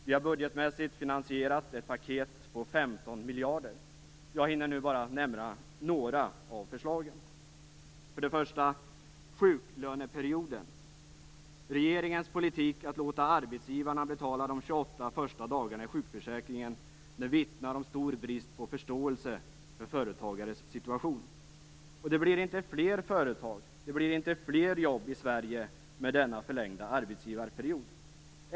Vi har budgetmässigt finansierat ett paket på 15 miljarder. Jag hinner nu bara nämna några av förslagen. För det första: sjuklöneperioden. Regeringens politik att låta arbetsgivarna betala de 28 första dagarna i sjukförsäkringen vittnar om stor brist på förståelse för företagares situation. Det blir inte fler företag eller fler jobb i Sverige med denna förlängda arbetsgivarperiod.